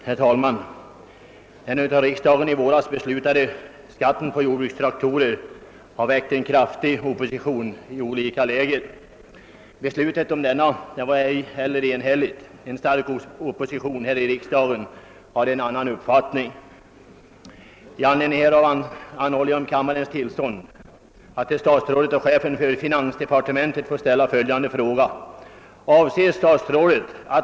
Herr talman! Herr Persson i Heden har frågat mig, om jag ämnar lägga fram något förslag om vidgad rätt till insättning på skogskonto i fråga om in komst av skog som stormfällts under år 1969, i likhet med vad som skett vid mera omfattande stormfällningar tidigare. Vidare har herr Magnusson i Borås frågat, om jag kommer att lägga fram förslag till riksdagen om en utökning av rätten till avsättning på skogskonto för skogsägare, som drabbats hårt av den svåra stormkatastrofen i höst.